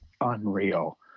unreal